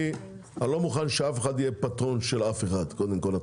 אני לא מוכן שאף אחד יהיה פטרון של אף אחד וינצל